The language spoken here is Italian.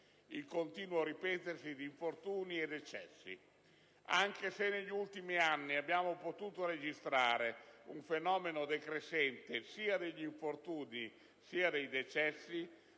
il continuo ripetersi di infortuni e decessi, anche se negli ultimi anni abbiamo potuto registrare un fenomeno decrescente sia degli infortuni sia dei decessi,